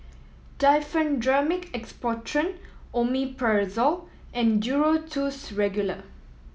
Diphenhydramine Expectorant Omeprazole and Duro Tuss Regular